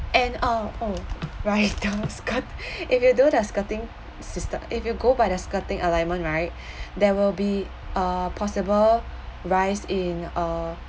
and uh oh right I was cut if you do the skirting syste~ if you go by the skirting alignment right there will be a possible rise in uh